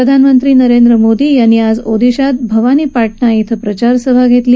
प्रधानमंत्री नरेंद्र मोदी यांनी आज ओदिशात भवानी पाटणा इथं प्रचारसभा घेतली